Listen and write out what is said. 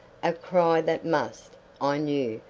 a cry that must, i knew,